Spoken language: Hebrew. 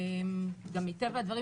גם מטבע הדברים,